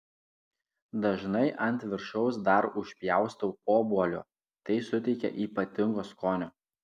dažnai ant viršaus dar užpjaustau obuolio tai suteikia ypatingo skonio